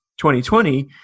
2020